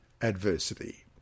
adversity